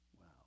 Wow